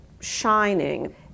shining